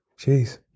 Jeez